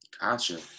Gotcha